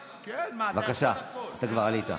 בבקשה, כבר עלית.